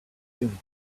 doing